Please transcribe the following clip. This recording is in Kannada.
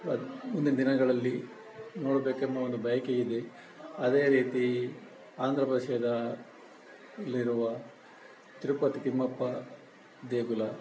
ಅದು ಮುಂದಿನ ದಿನಗಳಲ್ಲಿ ನೋಡಬೇಕೆಂಬ ಒಂದು ಬಯಕೆ ಇದೆ ಅದೇ ರೀತಿ ಆಂಧ್ರ ಭಾಷೆದ ಇಲ್ಲಿರುವ ತಿರುಪತಿ ತಿಮ್ಮಪ್ಪ ದೇಗುಲ